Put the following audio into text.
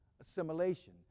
assimilation